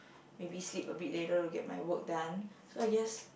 maybe sleep a bit later to get my work done so I guess